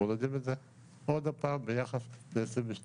מורידים את זה עוד פעם ביחס ל-22',